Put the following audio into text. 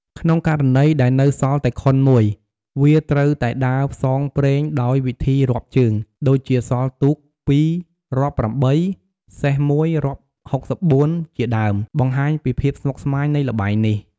ក្នុងករណីដែលនៅសល់តែខុនមួយ វាត្រូវតែដើរផ្សងព្រេងដោយវិធីរាប់ជើង ដូចជាសល់ទូក២រាប់៨ សេះ១រាប់៦៤ ជាដើម បង្ហាញពីភាពស្មុគស្មាញនៃល្បែងនេះ។